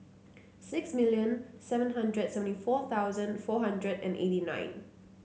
six million seven hundred and seventy four thousand four hundred and eighty nine